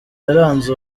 yaranze